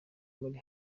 muri